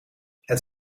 het